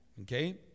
Okay